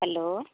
hello